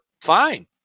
fine